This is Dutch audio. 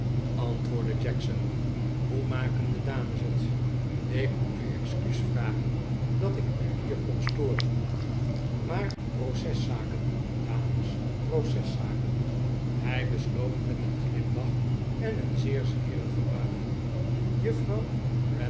antwoordde jackson hoe maken de dames het ik moet u excuus vragen dat ik u hier kom storen maar proceszaken dames proceszaken hij besloot met een glimlach en een zeer zwierige bulging juffrouw